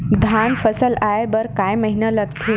धान फसल आय बर कय महिना लगथे?